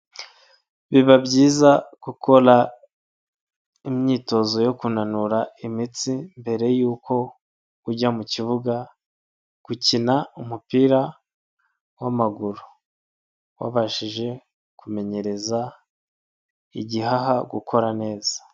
Biba byiza gukora imyitozo yo kunanura imitsi mbere yuko ujya mu kibuga gukina umupira w'amaguru, wabashije kumenyereza igihaha gukora neza.